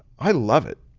i love it.